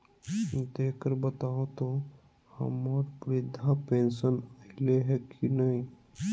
देख कर बताहो तो, हम्मर बृद्धा पेंसन आयले है की नय?